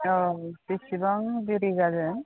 औ बेसेबां देरि जागोन